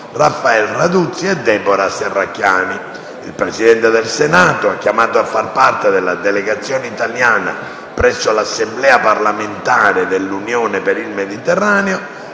Raphael Raduzzi, Debora Serracchiani. Il Presidente del Senato ha chiamato a far parte della delegazione italiana presso l'Assemblea parlamentare dell'Unione per il Mediterraneo